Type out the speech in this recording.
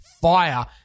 fire